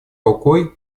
рукой